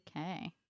okay